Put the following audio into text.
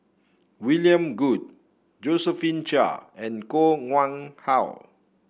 William Goode Josephine Chia and Koh Nguang How